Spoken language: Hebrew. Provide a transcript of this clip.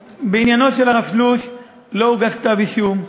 בעניינו של הרב שלוש לא הוגש כתב אישום,